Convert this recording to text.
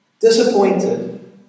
disappointed